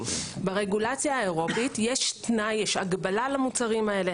- ברגולציה האירופית יש תנאי למוצרים האלה